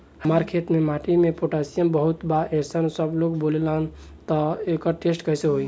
हमार खेत के माटी मे पोटासियम बहुत बा ऐसन सबलोग बोलेला त एकर टेस्ट कैसे होई?